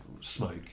smoke